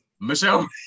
Michelle